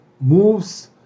moves